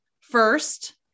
first